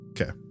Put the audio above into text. Okay